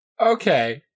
Okay